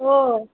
ஓ